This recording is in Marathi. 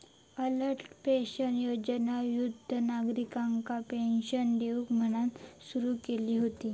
अटल पेंशन योजना वृद्ध नागरिकांका पेंशन देऊक म्हणान सुरू केली हुती